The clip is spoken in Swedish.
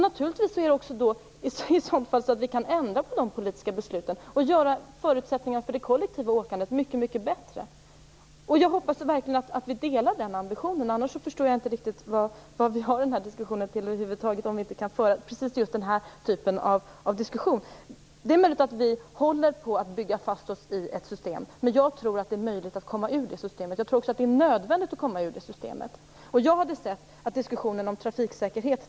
Naturligtvis kan vi i sådant fall ändra på de politiska besluten och göra förutsättningarna för det kollektiva åkandet mycket bättre. Jag hoppas verkligen att vi delar den ambitionen. Om vi inte kan föra den typen av diskussion förstår jag inte riktigt vad vi har den här diskussionen till över huvud taget. Det är möjligt att vi håller på att bygga fast oss i ett system. Men jag tror att det är möjligt att komma ur det systemet. Jag tror också att det är nödvändigt att komma ur det systemet.